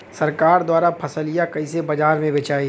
सरकार द्वारा फसलिया कईसे बाजार में बेचाई?